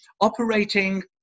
operating